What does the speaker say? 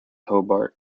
hobart